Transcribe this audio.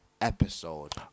episode